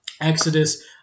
Exodus